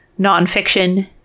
Nonfiction